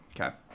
Okay